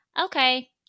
Okay